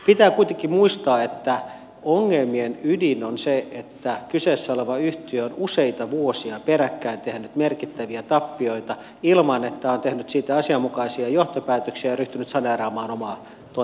pitää kuitenkin muistaa että ongelmien ydin on se että kyseessä oleva yhtiö on useita vuosia peräkkäin tehnyt merkittäviä tappioita ilman että on tehnyt siitä asianmukaisia johtopäätöksiä ja ryhtynyt saneeraamaan omaa toimintaansa